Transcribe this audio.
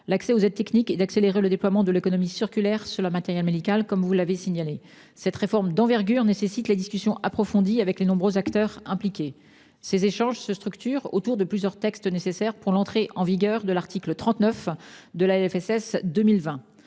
l'accès aux aides techniques et d'accélérer le déploiement de l'économie circulaire en matière de matériel médical. Cette réforme d'envergure nécessite des discussions approfondies avec les nombreux acteurs impliqués. Les échanges se structurent autour de plusieurs textes qui sont nécessaires pour l'entrée en vigueur de l'article 39 de la loi